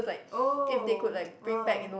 oh !wow!